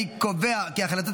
תחילה על החלטת